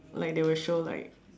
like they will show like